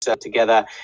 together